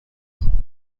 خواهم